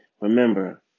Remember